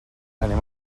anem